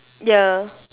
ya